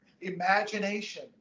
imagination